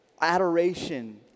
Adoration